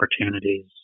opportunities